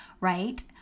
right